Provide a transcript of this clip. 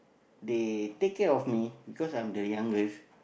they take care of me because I'm the youngest